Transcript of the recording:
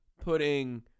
putting